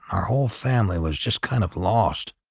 our whole family was just kind of lost.